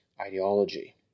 ideology